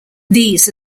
these